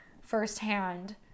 firsthand